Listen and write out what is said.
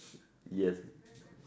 yes